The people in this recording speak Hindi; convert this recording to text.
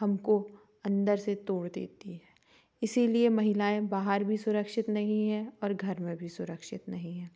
हमको अंदर से तोड़ देती है इसीलिए महिलाएं बाहर भी सुरक्षित नहीं है और घर में भी सुरक्षित नहीं है